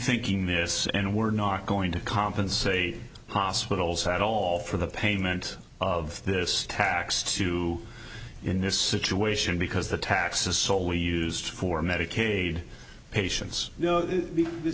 rethinking this and we're not going to compensate hospitals at all for the payment of this tax too in this situation because the taxes so we used for medicaid patien